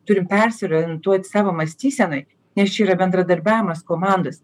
turime persiorientuot savo mąstysenoj nes čia yra bendradarbiavimas komandos